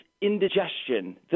indigestion